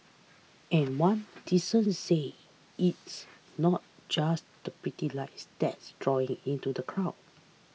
and one docent says it's not just the pretty lights that's drawing into the crowds